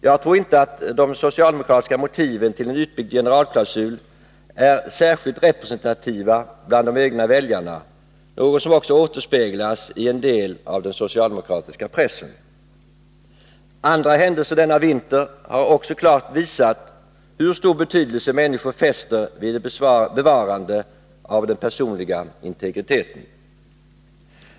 Jag tror inte att de socialdemokratiska motiven till en utbyggd generalklausul är särskilt representativa bland de egna väljarna, något som också återspeglas i en del av den socialdemokratiska pressen. Andra händelser denna vinter har också klart visat hur stor betydelse människor fäster vid ett bevarande av den personliga integriteten.